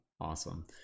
awesome